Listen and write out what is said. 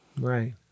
Right